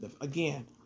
again